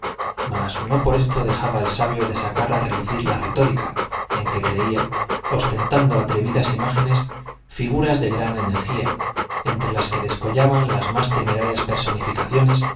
mas no por esto dejaba el sabio de sacar a relucir la retórica en que creía ostentando atrevidas imágenes figuras de gran energía entre las que descollaban las más temerarias personificaciones